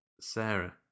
Sarah